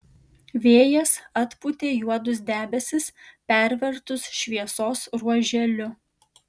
vėjas atpūtė juodus debesis pervertus šviesos ruoželiu